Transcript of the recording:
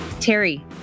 Terry